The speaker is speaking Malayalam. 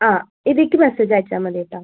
ആ ഇതിലേക്ക് മെസ്സേജ് അയച്ചാൽ മതി കേട്ടോ